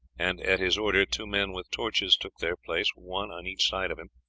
and at his order two men with torches took their place one on each side of him.